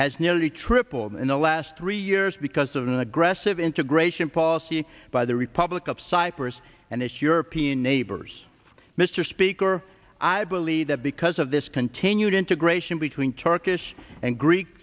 has nearly tripled in the last three years because of an aggressive integration policy by the republic of cyprus and its european neighbors mr speaker i believe that because of this continued integration between turkish and greek